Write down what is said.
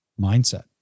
mindset